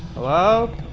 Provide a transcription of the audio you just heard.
hello?